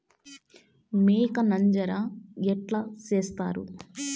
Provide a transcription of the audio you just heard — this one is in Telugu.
మేక నంజర ఎట్లా సేస్తారు?